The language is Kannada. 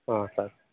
ಹಾಂ ಸರ್